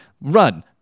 Run